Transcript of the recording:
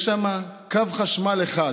יש שם קו חשמל אחד.